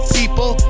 people